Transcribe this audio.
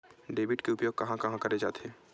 Debit के उपयोग कहां कहा करे जाथे?